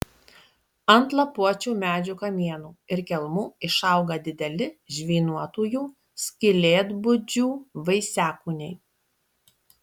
ant lapuočių medžių kamienų ir kelmų išauga dideli žvynuotųjų skylėtbudžių vaisiakūniai